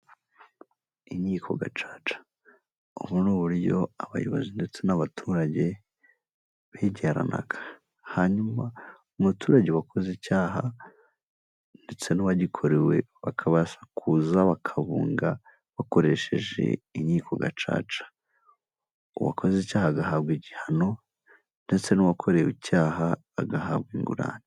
Inkiko gacaca ubu ni uburyo abayobozi ndetse n'abaturage begeranaga hanyuma umuturage wakoze icyaha ndetse n'uwagikorewe bakabasha kuza bakabunga bakoresheje inkiko gacaca, uwakoze icyaha agahabwa igihano ndetse n'uwakorewe icyaha agahabwa ingurane.